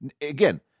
again